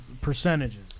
percentages